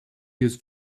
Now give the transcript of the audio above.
used